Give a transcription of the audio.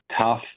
tough